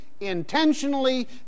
intentionally